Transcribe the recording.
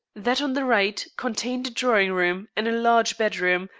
that on the right contained a drawing-room and a large bedroom,